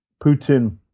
Putin